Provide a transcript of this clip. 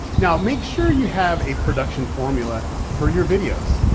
now make sure you have a production formula for your videos.